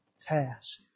task